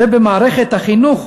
ובמערכת החינוך,